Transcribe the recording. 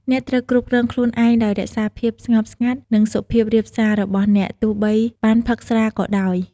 អ្នកត្រូវគ្រប់គ្រងខ្លួនឯងដោយ រក្សាភាពស្ងប់ស្ងាត់ និងសុភាពរាបសា របស់អ្នក ទោះបីបានផឹកស្រាក៏ដោយ។